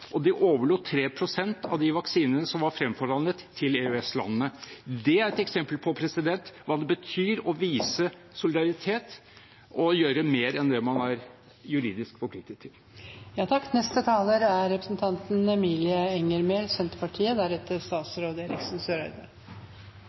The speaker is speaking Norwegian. og overlot 3 pst. av vaksinene som var fremforhandlet, til EØS-landene. Det er et eksempel på hva det betyr å vise solidaritet og gjøre mer enn man er juridisk forpliktet til. Representanten Tetzschner står i hvert fall på regjeringspartienes side av karikeringen her. For å bruke hans egne ord mener han at Senterpartiet